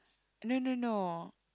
no no no